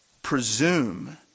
Presume